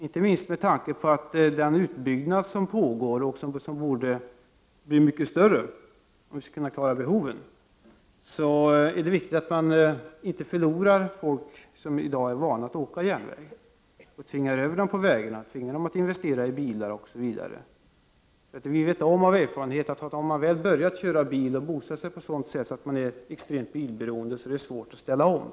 Inte minst med tanke på den utbyggnad som pågår och som borde bli mycket mer omfattande om vi skall kunna klara av behoven, så är det viktigt att järnvägen inte förlorar de resenärer som i dag är vana att åka tåg. Vi måste se till att inte tvinga över dem till vägtrafik, till att investera i bilar osv. Vi vet av erfarenhet att om man väl har börjat köra bil och på grund av sin bostadsort är extremt bilberoende, är det svårt att ställa om sig.